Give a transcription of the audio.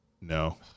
No